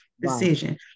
decision